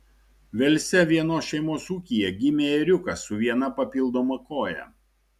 velse vienos šeimos ūkyje gimė ėriukas su viena papildoma koja